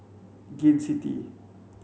Gain City